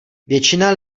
většina